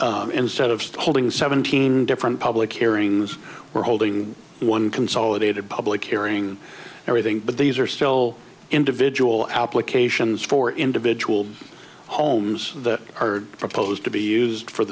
you instead of holding seventeen different public hearings we're holding one consolidated public hearing everything but these are still individual applications for individual homes that are supposed to be used for